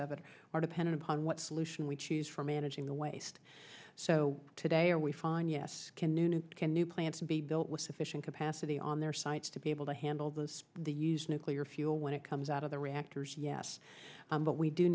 of it are dependent upon what solution we choose for managing the waste so today are we find yes can new can new plants to be built with sufficient capacity on their sites to be able to handle this the u s nuclear fuel when it comes out of the reactors yes but we do